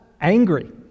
angry